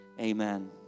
Amen